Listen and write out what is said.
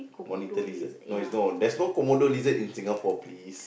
monitor lizard no it's no there's no Komodo lizard in Singapore please